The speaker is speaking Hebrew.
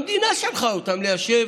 המדינה שלחה אותם ליישב